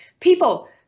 People